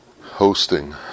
hosting